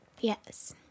Yes